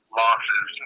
losses